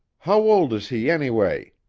how old is he, anyway?